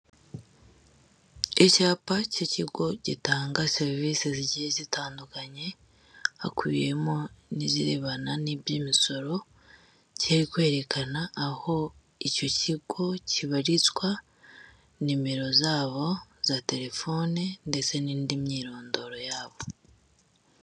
Icyapa cy'ikigo gitanga serivisi zigiye zitandukanye hakubiyemo n'izirebana n'iby'imisoro, kiri kwerekana aho icyo kigo kibarizwa, nimero zabo za telefoni ndetse n'indi myirondoro yabo.